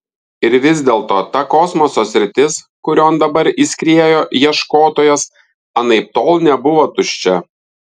ir vis dėlto ta kosmoso sritis kurion dabar įskriejo ieškotojas anaiptol nebuvo tuščia